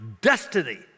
destiny